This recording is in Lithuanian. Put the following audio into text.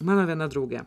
mano viena draugė